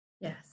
yes